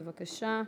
בבקשה.